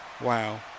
Wow